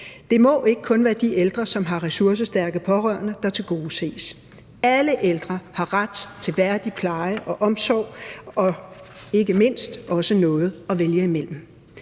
Det må ikke kun være de ældre, som har ressourcestærke pårørende, der tilgodeses. Alle ældre har ret til værdig pleje og omsorg og ikke mindst også noget at vælge imellem.